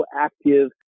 active